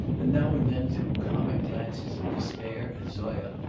and now and then threw comic glances of despair at zoya,